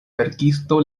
verkisto